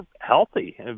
healthy